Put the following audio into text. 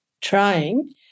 trying